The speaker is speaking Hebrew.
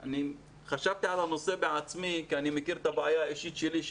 אני חשבתי על הנושא בעצמי כי אני מכיר את הבעיה האישית שלי,